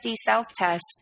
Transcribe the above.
self-test